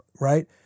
right